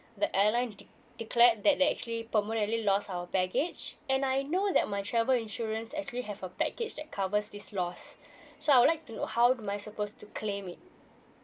the airline de~ declared that they actually permanently loss our baggage and I know that my travel insurance actually have a package that covers this lost so I would like to know how am I supposed to claim it